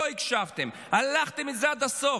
לא הקשבתם, הלכתם עם זה עד הסוף.